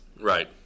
Right